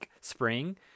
spring